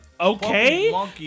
Okay